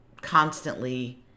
constantly